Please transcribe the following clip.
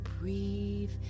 breathe